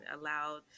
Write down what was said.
allowed